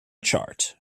chart